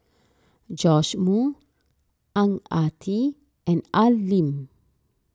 Joash Moo Ang Ah Tee and Al Lim